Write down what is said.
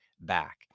back